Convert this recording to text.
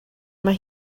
mae